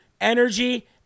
Energy